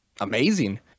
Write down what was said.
amazing